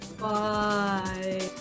bye